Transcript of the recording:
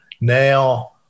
Now